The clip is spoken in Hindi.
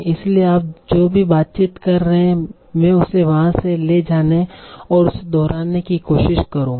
इसलिए आप जो भी बातचीत कर रहे हैं मैं उसे वहां से ले जाने और उसे दोहराने की कोशिश करूंगा